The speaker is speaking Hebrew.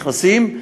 נכנסים,